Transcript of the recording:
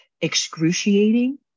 excruciating